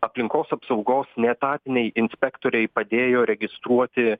aplinkos apsaugos neetatiniai inspektoriai padėjo registruoti